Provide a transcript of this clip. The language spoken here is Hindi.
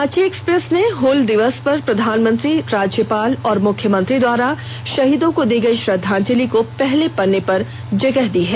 रांची एक्सप्रेस ने इल दिवस पर प्रधानमंत्री राज्यपाल और मुख्यमंत्री द्वारा शहीदों को दी गयी श्रद्धांजलि को पहले पन्ने पर जगह दी है